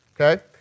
okay